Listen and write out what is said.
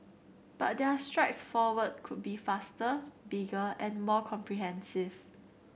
but their strides forward could be faster bigger and more comprehensive